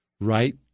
right